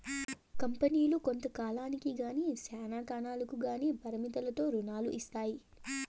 కంపెనీలు కొంత కాలానికి గానీ శ్యానా కాలంకి గానీ పరిమితులతో రుణాలు ఇత్తాయి